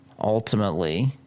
ultimately